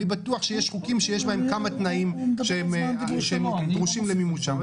בטוח שיש חוקים שיש בהם כמה תנאים שהם דרושים למימושם.